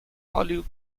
olive